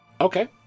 Okay